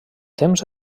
temps